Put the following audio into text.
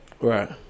Right